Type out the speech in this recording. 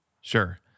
Sure